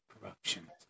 corruption